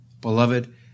Beloved